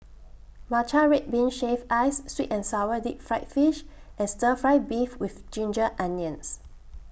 Matcha Red Bean Shaved Ice Sweet and Sour Deep Fried Fish and Stir Fry Beef with Ginger Onions